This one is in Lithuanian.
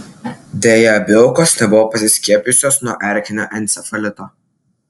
deja abi aukos nebuvo pasiskiepijusios nuo erkinio encefalito